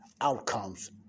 outcomes